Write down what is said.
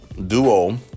Duo